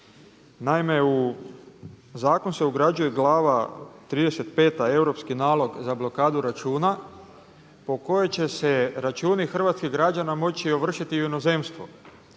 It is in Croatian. Naime, u zakon se ugrađuje Glava 35. – Europski nalog za blokadu računa po kojoj će se računi hrvatskih građana moći ovršiti i u inozemstvu.